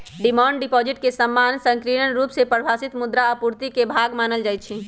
demand deposit के सामान्य संकीर्ण रुप से परिभाषित मुद्रा आपूर्ति के भाग मानल जाइ छै